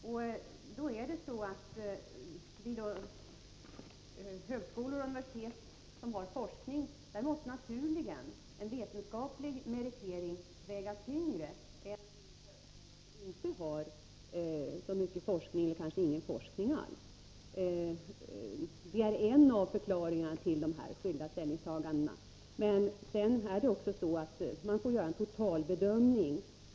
Vid högskolor och universitet som har forskning måste naturligen en vetenskaplig meritering väga tyngre än vid högskolor som inte har så mycket forskning eller kanske ingen forskning alls. : Det är en av förklaringarna till de skilda ställningstagandena, men man får också göra en total bedömning.